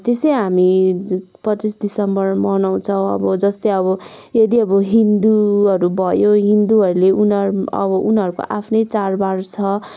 त्यसै हामी पच्चिस डिसम्बर मनाउँछौँ अब जस्तै अब यदि अब हिन्दूहरू भयो हिन्दूहरूले उनीहरू अब उनीहरूको आफ्नै चाडबाड छ